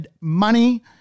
money